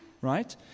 right